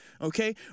okay